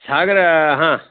ಸಾಗರ ಹಾಂ